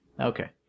Okay